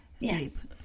yes